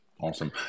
Awesome